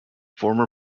former